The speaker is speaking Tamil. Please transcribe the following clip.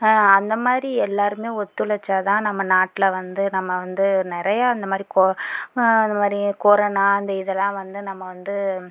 அந்த மாதிரி எல்லோருமே ஒத்துழைச்சாதான் நம்ம நாட்டில் வந்து நம்ம வந்து நிறையா அந்தமாதிரி அந்தமாதிரி கொரோனா இந்த இதெல்லாம் வந்து நம்ம வந்து